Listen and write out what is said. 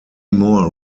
more